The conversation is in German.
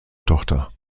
tochter